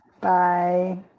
bye